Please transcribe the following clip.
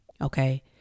Okay